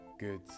good